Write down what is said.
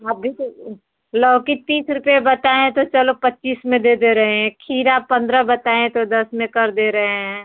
आप भी तो लौकी तीस रुपए बताए हैं तो चलो पच्चीस में दे दे रहे हैं खीरा पन्द्रह बताए हैं तो दस में कर दे रहे हैं